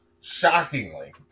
shockingly